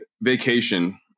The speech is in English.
vacation